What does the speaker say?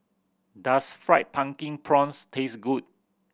does Fried Pumpkin Prawns taste good